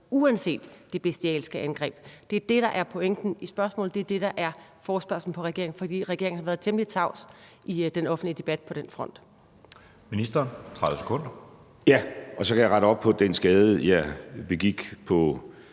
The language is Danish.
uanset det bestialske angreb. Det er det, der er pointen i spørgsmålet. Det er det, der er forespørgslen til regeringen, for regeringen har været temmelig tavs i den offentlige debat på den front. Kl. 13:07 Anden næstformand (Jeppe Søe): Ministeren. Der er 30